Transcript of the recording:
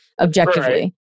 Objectively